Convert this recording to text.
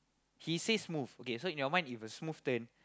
he say smooth okay so in your mind if a smooth turn